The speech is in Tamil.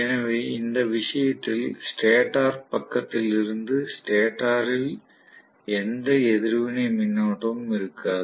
எனவே எந்த விஷயத்தில் ஸ்டேட்டர் பக்கத்தில் இருந்து ஸ்டேட்டரில் எந்த எதிர்வினை மின்னோட்டமும் இருக்காது